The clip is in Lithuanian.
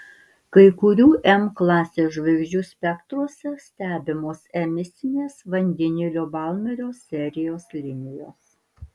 kai kurių m klasės žvaigždžių spektruose stebimos emisinės vandenilio balmerio serijos linijos